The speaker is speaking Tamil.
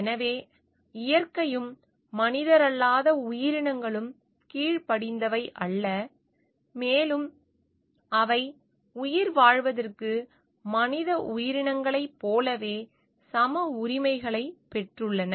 எனவே இயற்கையும் மனிதரல்லாத உயிரினங்களும் கீழ்படிந்தவை அல்ல மேலும் அவை உயிர்வாழ்வதற்கு மனித உயிரினங்களைப் போலவே சம உரிமைகளைப் பெற்றுள்ளன